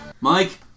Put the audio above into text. Mike